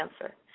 cancer